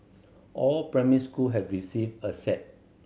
all primary school have received a set